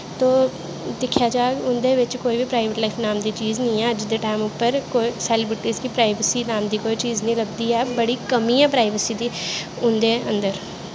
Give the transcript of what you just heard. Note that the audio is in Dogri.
ते दिक्खेआ जाह्ग उंदे बिच्च कोई बी प्राईवेट नाऽ दी चीज़ नी ऐ अज्ज दे टैम उप्पर सैलिब्रिटी गी प्राईवेसी नाम दा कोई चीज़ नी लब्भदी बड़ी कमी ऐ प्राईवेसी दी उंदे अन्दर